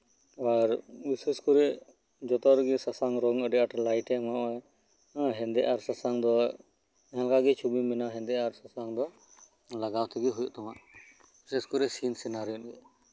ᱟᱨ ᱵᱤᱥᱮᱥ ᱠᱚᱨᱮ ᱡᱷᱚᱛᱚ ᱨᱮᱜᱮ ᱥᱟᱥᱟᱝ ᱨᱚᱝ ᱦᱚᱸ ᱟᱹᱰᱤ ᱟᱸᱴ ᱞᱟᱭᱤᱴᱮ ᱮᱢᱟ ᱦᱮᱸ ᱦᱮᱸᱫᱮ ᱟᱨ ᱥᱟᱥᱟᱝ ᱫᱚ ᱡᱟᱦᱟᱸ ᱞᱮᱠᱟᱜᱮ ᱪᱷᱚᱵᱤᱢ ᱵᱮᱱᱟᱣ ᱦᱮᱸᱫᱮ ᱟᱨ ᱥᱟᱥᱟᱝ ᱫᱚ ᱜᱟᱜᱟᱣ ᱛᱮᱜᱮ ᱦᱳᱭᱳᱜ ᱛᱟᱢᱟ ᱥᱤᱱ ᱥᱤᱱᱟᱨᱤ ᱨᱮ